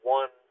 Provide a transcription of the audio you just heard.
one